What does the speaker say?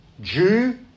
Jew